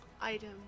item